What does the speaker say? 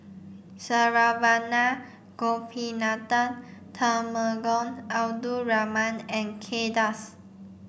Saravanan Gopinathan Temenggong Abdul Rahman and Kay Das